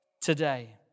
today